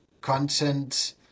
content